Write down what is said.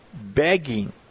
begging